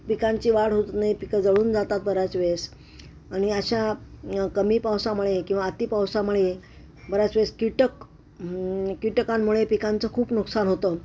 पिकांची वाढ होत नाही पिकं जळून जातात बऱ्याच वेळेस आणि अशा कमी पावसामुळे किंवा अती पावसामुळे बऱ्याच वेळेस कीटक कीटकांमुळे पिकांचं खूप नुकसान होतं